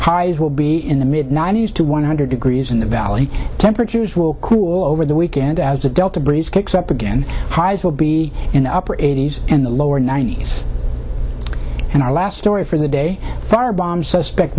highs will be in the mid ninety's to one hundred degrees in the valley temperatures will cool over the weekend as the delta breeze kicks up again highs will be in the upper eighty's in the lower ninety's and our last story for the day fire bomb suspect